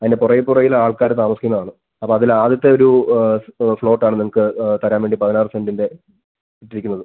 അതിൻ്റെ പുറകിൽ പുറകിലാൾക്കാര് താമസിക്കുന്നതാണ് അപ്പോൾ അതിലാദ്യത്തെ ഒരു പ്ലോട്ടാണ് നിങ്ങൾക്ക് തരാൻ വേണ്ടി പതിനാറ് സെൻറ്റിൻ്റെ ഇട്ടിരിക്കുന്നത്